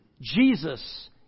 Jesus